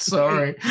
Sorry